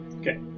Okay